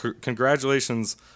congratulations